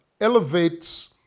elevates